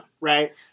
right